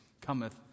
cometh